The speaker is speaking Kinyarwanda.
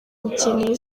ukeneye